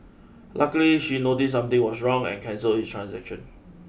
luckily she noticed something was wrong and cancelled his transaction